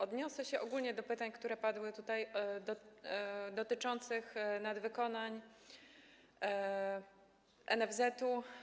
Odniosę się ogólnie do pytań, które padły tutaj, dotyczących nadwykonań dla NFZ.